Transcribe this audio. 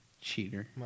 Cheater